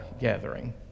gathering